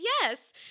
Yes